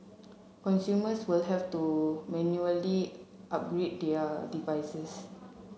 consumers will have to manually upgrade their devices